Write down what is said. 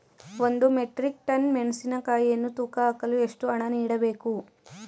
ಒಂದು metric ton ಮೆಣಸಿನಕಾಯಿಯನ್ನು ತೂಕ ಹಾಕಲು ಎಷ್ಟು ಹಣ ನೀಡಬೇಕು?